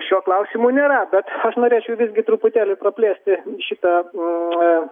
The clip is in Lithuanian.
šiuo klausimu nėra bet aš norėčiau visgi truputėlį praplėsti šitą